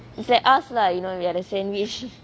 it's like us lah you know we are the sandwich